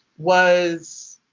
was.